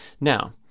Now